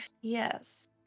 Yes